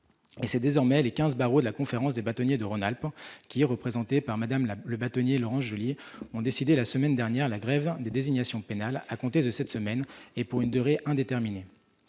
Et c'est désormais les quinze barreaux de la Conférence des bâtonniers de la région Rhône-Alpes qui, représentés par Mme le bâtonnier Laurence Joly, ont décidé la semaine dernière la grève des désignations pénales à compter de cette semaine et pour une durée indéterminée.